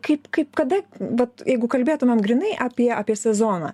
kaip kaip kada vat jeigu kalbėtumėm grynai apie apie sezoną